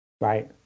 Right